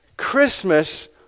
Christmas